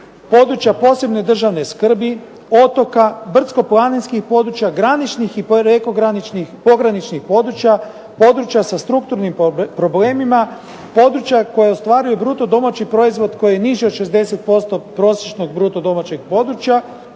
područja posebne državne skrbi, otoka, brdsko-planinskih područja, graničnih i prekograničnih, pograničnih područja, područja sa strukturnim problemima, područja koja ostvaruju bruto domaći proizvod koji je niži od 60% prosječnog bruto domaćeg područja,